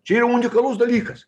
čia yra unikalus dalykas